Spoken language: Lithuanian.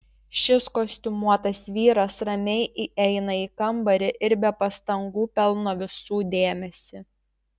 šis kostiumuotas vyras ramiai įeina į kambarį ir be pastangų pelno visų dėmesį